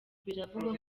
biravugwa